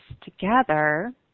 together